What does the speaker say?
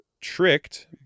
tricked